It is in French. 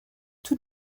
tout